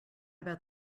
about